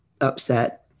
upset